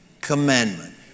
commandment